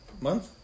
month